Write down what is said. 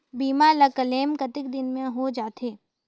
बीमा ला क्लेम कतेक दिन मां हों जाथे?